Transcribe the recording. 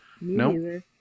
no